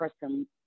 person